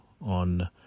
on